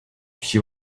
she